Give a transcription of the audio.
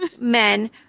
Men